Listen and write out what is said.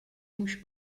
muž